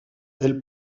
elle